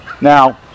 Now